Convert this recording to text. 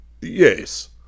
Yes